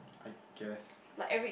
I guess